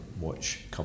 watch